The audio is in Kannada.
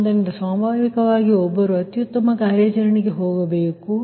ಆದ್ದರಿಂದ ಸ್ವಾಭಾವಿಕವಾಗಿ ಒಬ್ಬರು ಅತ್ಯುತ್ತಮ ಕಾರ್ಯಾಚರಣೆಗೆ ಹೋಗಬೇಕು